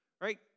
right